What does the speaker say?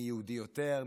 מי יהודי יותר,